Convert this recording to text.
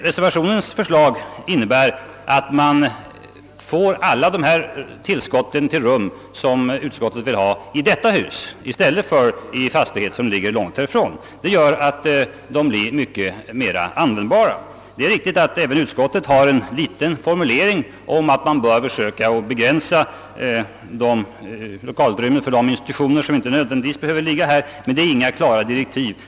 Reservationens förslag innebär att i detta hus får alla de tillskott på rum som utskottet vill ha i stället för i en fastighet som ligger långt härifrån. Detta gör att rummen blir mer användbara. Det är riktigt att även utskottet har en liten formulering om att man bör försöka begränsa lokalutrymmet för de institutioner, vilka inte nödvändigtvis behöver ligga här, men det är inga klara direktiv.